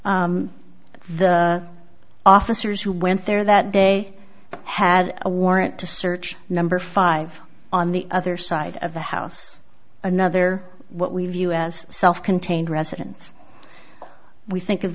the officers who went there that day had a warrant to search number five on the other side of the house another what we've u s self contained residence we think of